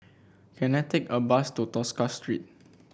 can I take a bus to Tosca Street